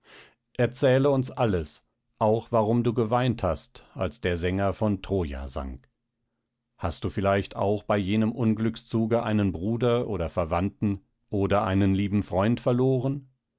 erzähle uns alles auch warum du geweint hast als der sänger von troja sang hast du vielleicht auch bei jenem unglückszuge einen bruder oder verwandten oder einen lieben freund verloren